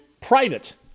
private